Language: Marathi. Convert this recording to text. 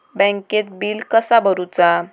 बँकेत बिल कसा भरुचा?